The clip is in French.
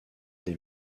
des